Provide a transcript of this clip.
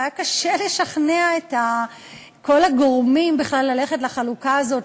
היה קשה לשכנע את כל הגורמים בכלל ללכת לחלוקה הזאת,